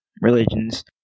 Religions